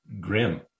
grim